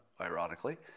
ironically